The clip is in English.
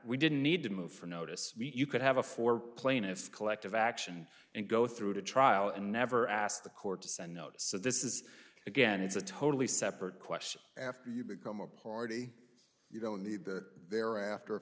we didn't need to move from notice you could have a four plaintiff's collective action and go through the trial and never ask the court to send notes so this is again it's a totally separate question after you become a party you don't need that thereafter